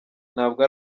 ntabwo